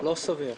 - לא סביר.